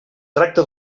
tracta